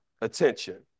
attention